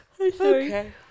Okay